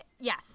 yes